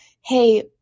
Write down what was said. Hey